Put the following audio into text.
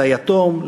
ליתום,